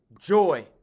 joy